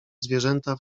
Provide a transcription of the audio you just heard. zwierzęta